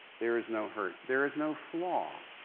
there is no hurt, there is no flaw